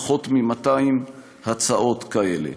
פחות מ-200 הצעות כאלה.